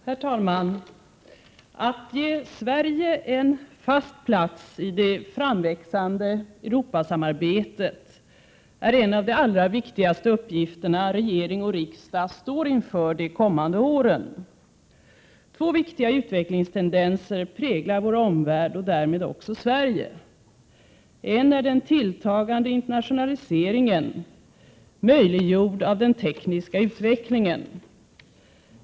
Herr talman! Att ge Sverige en fast plats i det framväxande Europasamarbetet är en av de allra viktigaste uppgifter som regering och riksdag står inför de kommande åren. Två viktiga utvecklingstendenser präglar vår omvärld och därmed också Sverige. En är den tilltagande internationaliseringen, möjliggjord av den tekniska utvecklingen.